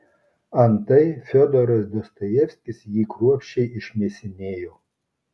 antai fiodoras dostojevskis jį kruopščiai išmėsinėjo